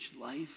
life